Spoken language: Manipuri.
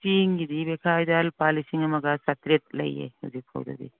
ꯆꯦꯡꯒꯤꯗꯤ ꯕꯦꯈꯥꯏꯗ ꯂꯨꯄꯥ ꯂꯤꯁꯤꯡ ꯑꯃꯒ ꯆꯥꯇ꯭ꯔꯦꯠ ꯂꯩꯌꯦ ꯍꯧꯖꯤꯛ ꯐꯥꯎꯗꯗꯤ